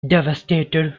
devastated